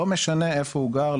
לא משנה איפה הוא גר,